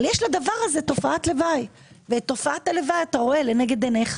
אבל יש לזה תופעת לוואי ואתה רואה אותה לנגד עיניך